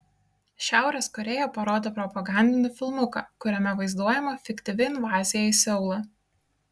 šiaurės korėja parodė propagandinį filmuką kuriame vaizduojama fiktyvi invazija į seulą